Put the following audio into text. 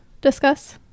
discuss